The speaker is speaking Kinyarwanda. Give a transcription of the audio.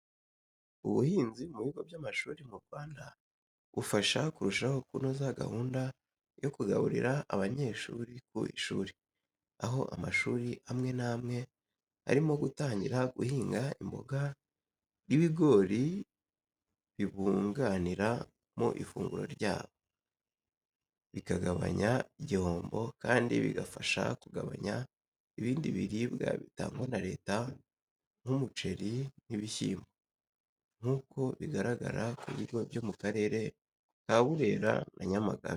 Ubuhinzi mu bigo by'amashuri mu Rwanda bufasha kurushaho kunoza gahunda yo kugaburira abanyeshuri ku ishuri, aho amashuri amwe n'amwe arimo gutangira guhinga imboga n'ibigori bibunganira mu ifunguro ryabo, bikagabanya igihombo kandi bigafasha kugabanya ibindi biribwa bitangwa na Leta nk'umuceri n'ibishyimbo, nk'uko bigaragara ku bigo byo mu Karere ka Burera na Nyamagabe.